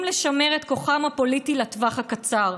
לשמר את כוחם הפוליטי לטווח הקצר,